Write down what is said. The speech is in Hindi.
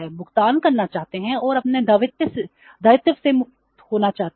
भुगतान करना चाहते हैं और अपने दायित्व से मुक्त होना चाहते हैं